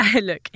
look